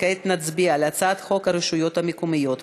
וכעת נצביע על הצעת חוק הרשויות המקומיות (בחירות)